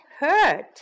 hurt